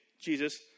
Jesus